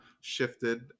shifted